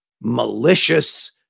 malicious